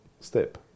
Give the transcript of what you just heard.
step